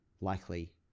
likely